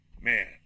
Man